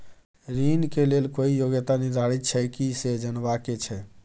ऋण के लेल कोई योग्यता निर्धारित छै की से जनबा के छै?